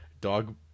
dog